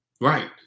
Right